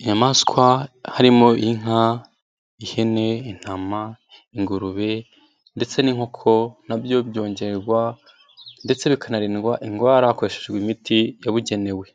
inyamaswa harimo inka, ihene, intama, ingurube ndetse n'inkoko nabyo byongerwa ndetse bikanarindwa indwara hakoreshejwe imiti yabugenewe.